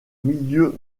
milieu